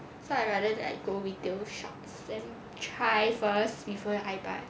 so I rather like go retail shops and try first before I buy